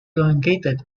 elongated